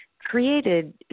created